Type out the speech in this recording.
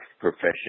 profession